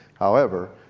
however,